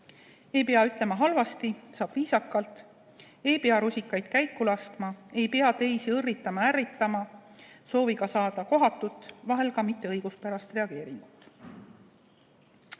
Ei pea ütlema halvasti, saab viisakalt, ei pea rusikaid käiku laskma, ei pea teisi õrritama-ärritama sooviga [kutsuda esile] kohatut, vahel ka mitteõiguspärast reageeringut. Nüüd